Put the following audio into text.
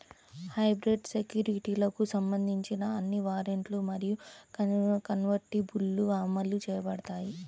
hybrid సెక్యూరిటీలకు సంబంధించిన అన్ని వారెంట్లు మరియు కన్వర్టిబుల్లు అమలు చేయబడతాయి